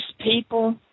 people